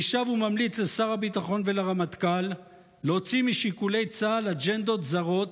אני שב וממליץ לשר הביטחון ולרמטכ"ל להוציא משיקולי צה"ל אג'נדות זרות